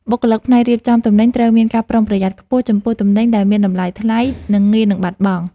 បុគ្គលិកផ្នែករៀបចំទំនិញត្រូវមានការប្រុងប្រយ័ត្នខ្ពស់ចំពោះទំនិញដែលមានតម្លៃថ្លៃ និងងាយនឹងបាត់បង់។